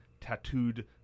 tattooed